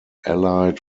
allied